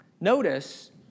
Notice